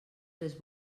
les